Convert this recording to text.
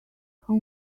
how